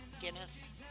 Guinness